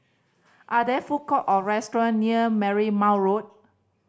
are there food court or restaurant near Marymount Road